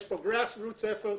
יש פה grassroots’ effort,